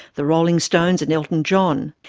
the rolling stones and elton john.